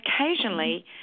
occasionally